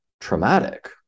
traumatic